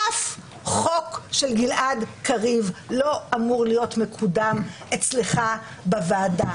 אף חוק של גלעד קריב לא אמור להיות מקודם אצלך בוועדה.